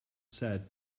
sad